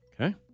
Okay